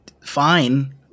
fine